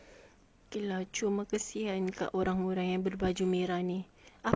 okay lah cuma kesian kat orang berbaju merah ni apa nama dia lagi